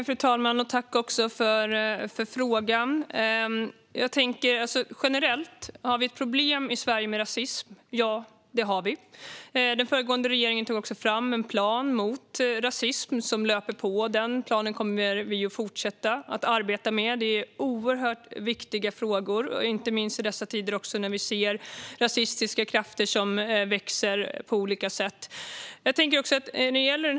Fru talman! Tack, ledamoten, för frågan! Har vi generellt ett problem med rasism i Sverige? Ja, det har vi. Den föregående regeringen tog fram en plan mot rasism som löper på. Den planen kommer vi att fortsätta att arbeta med. Det är oerhört viktiga frågor, inte minst i dessa tider när vi också ser rasistiska krafter som växer på olika sätt.